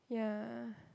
yeah